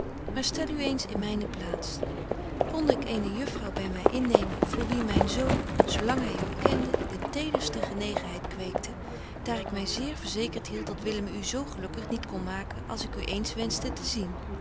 maar stel u eens in myne plaats konde ik eene juffrouw by my innemen voor wie myn zoon zo lang hy u kende de tederste genegenheid kweekte daar ik my zeer verzekert hield dat willem u zo gelukkig niet kon maken als ik u eens wenschte te zien